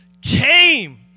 came